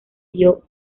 dio